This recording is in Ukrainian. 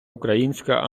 українська